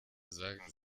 sagen